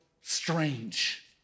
strange